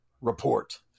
Report